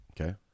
Okay